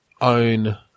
own